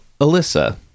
Alyssa